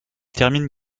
termine